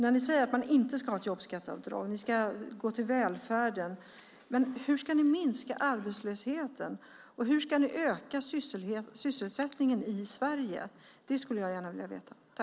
Ni säger att det inte ska finnas ett jobbskatteavdrag utan att utrymmet ska gå till välfärden. Hur ska ni minska arbetslösheten och öka sysselsättningen i Sverige? Det vill jag gärna veta.